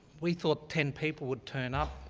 we thought ten people would turn up,